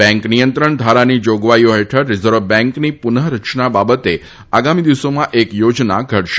bank નિયંત્રણ ધારાની જોગવાઈઓ હેઠળ રિઝર્વ બેંક બેન્કોની પુનઃ રચના બાબતે આગામી દિવસોમાં એક યોજના ઘડશે